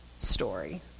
story